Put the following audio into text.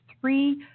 three